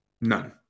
None